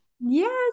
Yes